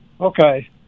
Okay